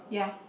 ya